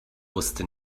wusste